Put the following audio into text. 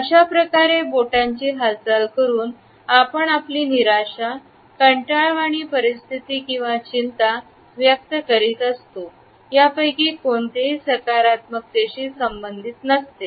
अशाप्रकारे बोटांची हालचाल करून आपण आपली निराशा कंटाळवाणी परिस्थिती किंवा चिंता व्यक्त करीत असतो यापैकी कोणतेही सकारात्मक देशी संबंधित नसते